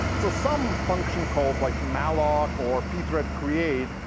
so some function calls like malloc or pthread create,